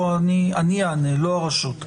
אני אענה ולא הרשות.